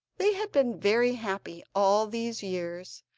they had been very happy all these years,